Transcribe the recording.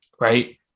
Right